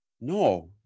no